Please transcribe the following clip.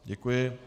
Děkuji.